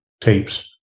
tapes